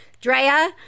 Drea